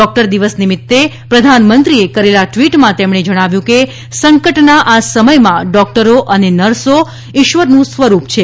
doctor દિવસ નીમિત્તે પ્રધાનમંત્રીએ કરેલા ટવીટમાં તેમણે જણાવ્યું છે કે સંકટના આ સમયમાં ડોકટરો અને નર્સો ઇશ્વરનું સ્વરૂપ છે